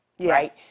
Right